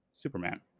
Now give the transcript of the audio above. Superman